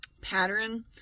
pattern